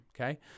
Okay